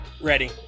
Ready